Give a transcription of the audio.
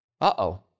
Uh-oh